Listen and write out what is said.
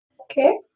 Okay